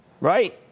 Right